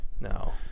No